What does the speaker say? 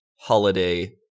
holiday